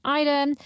item